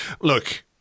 look